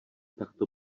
takto